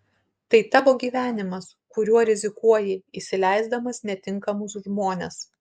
tai tavo gyvenimas kuriuo rizikuoji įsileisdamas netinkamus žmones